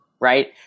right